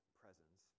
presence